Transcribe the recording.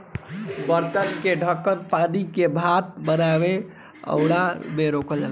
बर्तन के ढकन पानी के भाप बनके उड़ला से रोकेला